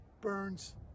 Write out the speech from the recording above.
burns